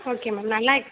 okay ma'am நல்லா